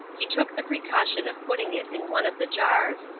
he took the precaution of putting it in one of the jars,